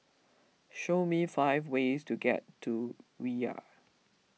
show me five ways to get to Riyadh